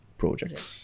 projects